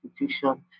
institution